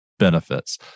Benefits